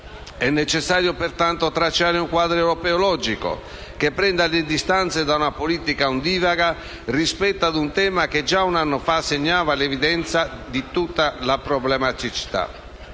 È necessario, pertanto, tracciare un quadro europeo logico, che prenda le distanze da una politica ondivaga rispetto a un tema che, già un anno fa, segnava l'evidenza di tutta la propria problematicità.